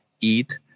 eat